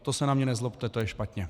To se na mě nezlobte, to je špatně!